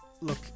look